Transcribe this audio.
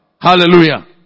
Hallelujah